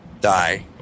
die